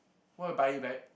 why buy it back